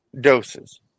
doses